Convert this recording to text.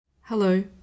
Hello